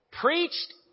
preached